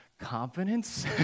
confidence